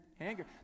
Anger